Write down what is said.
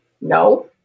No